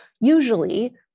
Usually